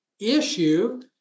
issue